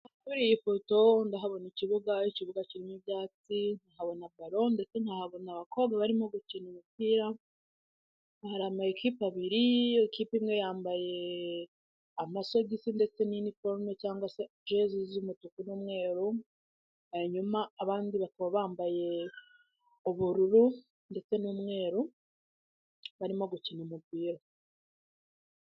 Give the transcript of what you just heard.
Kuri iyi foto ndahabona ikibuga, ikibuga kirimo ibyatsi nkabona ballo ndetse nkahabona abakobwa barimo gukina umupira hari ama ekipe abiri, ikipe imwe yambaye amasogisi ndetse n'iniforume cyangwa jesi z'umutuku n'umweru, hanyuma abandi bambaye ubururu ndetse n'umweru barimo gukina umupira.